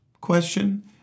Question